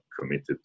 committed